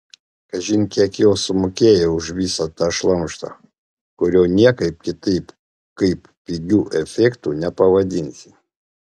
kažin kiek jos sumokėjo už visą tą šlamštą kurio niekaip kitaip kaip pigiu efektu nepavadinsi